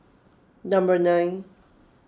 number nine